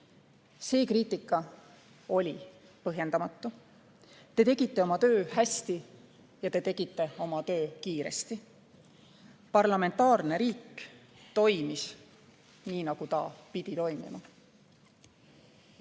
See kriitika oli põhjendamatu, te tegite oma tööd hästi ja kiiresti. Parlamentaarne riik toimis, nagu ta pidi toimima.